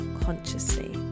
consciously